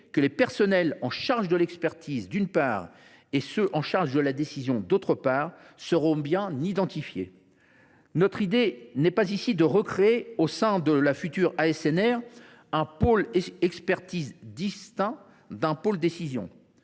que les personnes chargées de l’expertise, d’une part, et de la décision, d’autre part, seront bien identifiées. Notre idée n’est pas ici de recréer, au sein de l’ASNR, un pôle expertise distinct d’un pôle décision